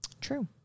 True